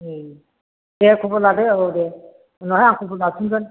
दे खबर लादो औ दे उनावहाय आं खबर लाफिनगोन